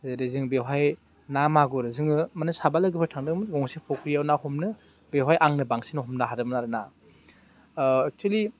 जेरै जों बेवहाय ना मागुर जोङो माने साबा लोगोफोर थादोंमोन गंसे फख्रियाव ना हमनो बेवहाय आंनो बांसिन हमनो हादोंमोन आरो ना एकसुयेलि